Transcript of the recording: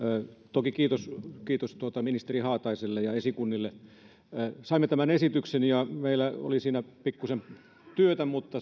toki kiitos kiitos ministeri haataiselle ja esikunnille saimme tämän esityksen ja meillä oli siinä pikkuisen työtä mutta